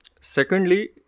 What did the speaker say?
Secondly